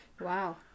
Wow